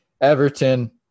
Everton